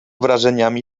wrażeniami